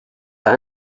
are